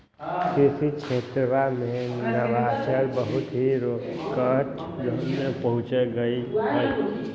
कृषि क्षेत्रवा में नवाचार बहुत ही रोचक दौर में पहुंच गैले है